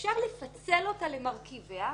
אפשר לפצל אותה למרכיביה,